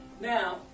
Now